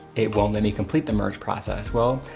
it won't let me complete the merge process. well,